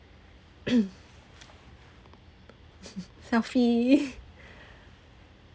selfie